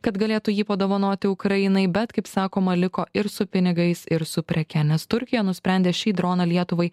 kad galėtų jį padovanoti ukrainai bet kaip sakoma liko ir su pinigais ir su preke nes turkija nusprendė šį droną lietuvai